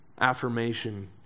affirmation